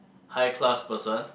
high class person